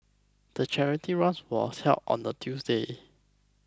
the charity run was held on a Tuesday